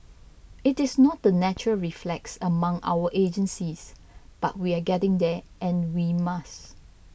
it is not the natural reflex among our agencies but we are getting there and we must